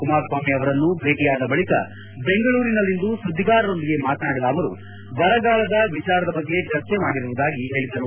ಕುಮಾರಸ್ವಾಮಿ ಅವರನ್ನು ಭೇಟಿಯಾದ ಬಳಿಕ ಬೆಂಗಳೂರಿನಲ್ಲಿಂದು ಸುದ್ದಿಗಾರರೊಂದಿಗೆ ಮಾತನಾಡಿದ ಅವರು ಬರಗಾಲದ ವಿಚಾರದ ಬಗ್ಗೆ ಚರ್ಚೆ ಮಾಡಿರುವುದಾಗಿ ಹೇಳಿದರು